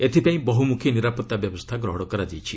ଏଥିପାଇଁ ବହୁମୁଖୀ ନିରାପତ୍ତା ବ୍ୟବସ୍ଥା ଗ୍ରହଣ କରାଯାଇଛି